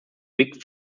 big